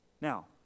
Now